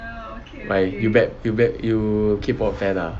like you bet you bet you K pop fan ah